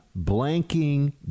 blanking